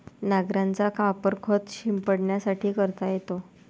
नांगराचा वापर खत शिंपडण्यासाठी करता येतो